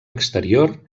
exterior